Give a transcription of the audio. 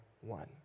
one